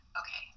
okay